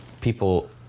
people